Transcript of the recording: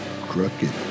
crooked